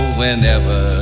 whenever